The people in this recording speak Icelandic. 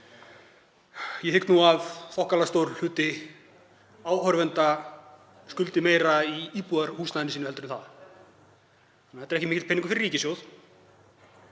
Ég hygg að þokkalega stór hluti áhorfenda skuldi meira í íbúðarhúsnæði sínu en það. Þetta er ekki mikill peningur fyrir ríkissjóð.